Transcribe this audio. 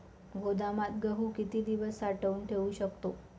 गोदामात गहू किती दिवस साठवून ठेवू शकतो?